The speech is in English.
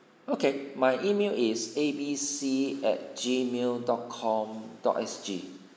okay my email is A B C at G mail dot com dot S_G